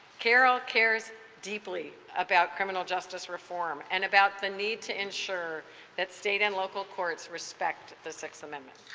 karol cares deeply about criminal justice reform and about the need to ensure that state and local courts respect the sixth amendment.